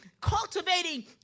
cultivating